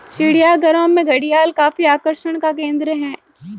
चिड़ियाघरों में घड़ियाल काफी आकर्षण का केंद्र है